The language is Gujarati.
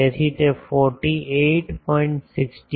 તેથી તે 48